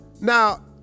Now